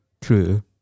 True